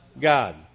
God